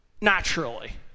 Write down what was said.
Naturally